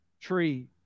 tree